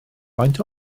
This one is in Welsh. faint